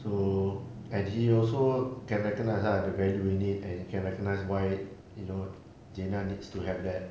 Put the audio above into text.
so and he also can recognize lah the value in it and can recognise why you know zina needs to have that